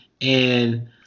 and-